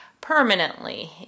permanently